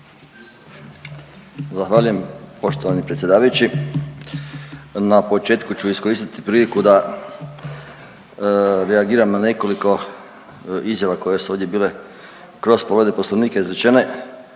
Zahvaljujem poštovani predsjedavajući. Na početku ću iskoristiti priliku da reagiram na nekoliko izjava koje su ovdje bile kroz povrede Poslovnika izrečene,